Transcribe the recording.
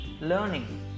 learning